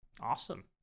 Awesome